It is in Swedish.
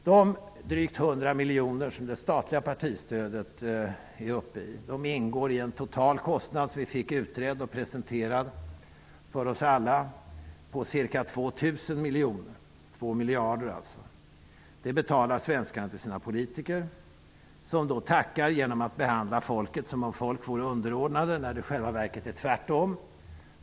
De drygt 100 miljoner som det statliga partistödet är uppe i utgör en del av en total kostnad på ca 2 000 miljoner kronor, alltså 2 miljarder. Det har vi fått utrett för oss. Det betalar svenskarna till sina politiker, som tackar genom att behandla folket som om det vore underordnat, när det i själva verket är tvärtom.